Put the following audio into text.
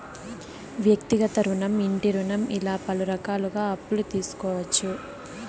వ్యక్తిగత రుణం ఇంటి రుణం ఇలా పలు రకాలుగా అప్పులు తీసుకోవచ్చు